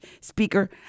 speaker